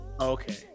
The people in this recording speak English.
Okay